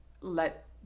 let